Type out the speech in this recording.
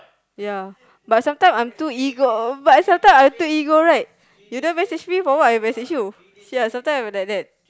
ya but sometime I'm too ego but sometime I'm too ego right you don't message me for what I messages you see ah sometime I'm like that